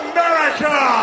America